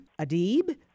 Adib